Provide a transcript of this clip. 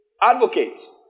advocates